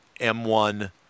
M1